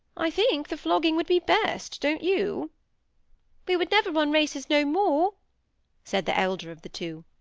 i think the flogging would be best don't you we would never run races no more said the elder of the two.